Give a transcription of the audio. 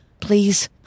please